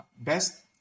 best